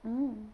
mm